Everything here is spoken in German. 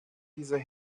dieser